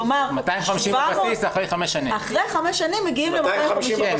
כלומר אחרי 5 שנים מגיעים ל-250.